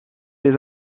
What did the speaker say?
les